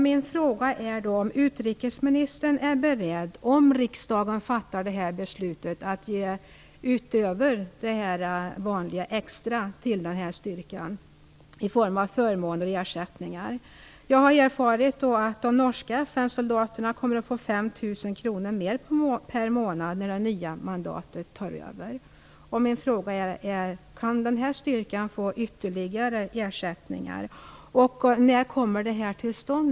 Min fråga är då om utrikesministern är beredd, om riksdagen fattar detta beslut, att ge extra förmåner utöver de vanliga till den styrkan i form av förmåner och ersättningar. Jag har erfarit att de norska FN-soldaterna kommer att få 5 000 kr mer per månad när det nya mandatet tar över. Min fråga är: Kan denna styrka få ytterligare ersättningar, och när kommer det här till stånd?